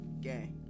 gang